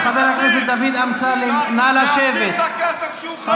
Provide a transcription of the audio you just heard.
תחזיר את הכסף שאתה חייב לאנשים.